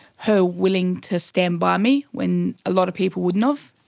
her willing to stand by me when a lot of people wouldn't have.